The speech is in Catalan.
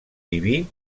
diví